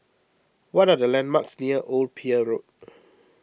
what are the landmarks near Old Pier Road